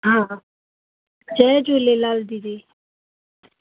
हा हा जय झूलेलाल दीदी